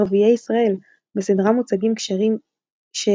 ערביי ישראל – בסדרה מוצגים קשיים שעמם